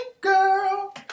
girl